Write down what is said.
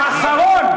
האחרון.